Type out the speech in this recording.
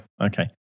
Okay